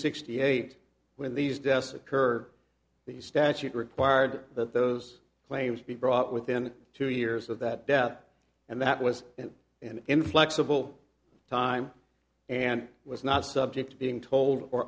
sixty eight when these deaths occur the statute required that those claims be brought within two years of that death and that was an inflexible time and was not subject to being told or